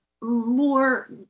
more